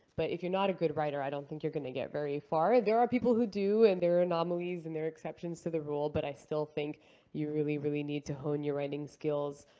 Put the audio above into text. but if you're not a good writer, i don't think you're going to get very far. there are people who do, and there are anomalies, and there are exceptions to the rule, but i still think you really, really need to hone your writing skills.